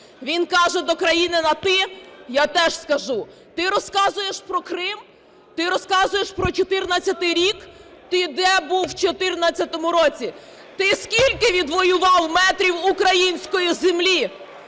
Він каже до країни на "ти". Я теж скажу: ти розказуєш про Крим, ти розказуєш про 2014 рік! Ти де був у 2014 році? Ти скільки відвоював метрів української землі?